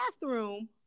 bathroom